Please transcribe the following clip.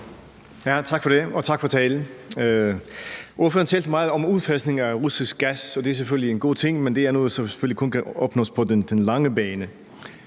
Tak for det. Og tak for talen. Hr. Jakob Ellemann-Jensen talte meget om udfasningen af russisk gas, og det er selvfølgelig en god ting, men det er noget, som selvfølgelig kun kan opnås på den lange bane.